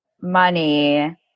money